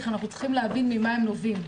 אנחנו צריכים להבין ממה הם נובעים.